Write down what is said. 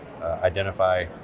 identify